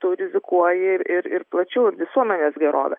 tu rizikuoji ir ir ir plačiau ir visuomenės gerove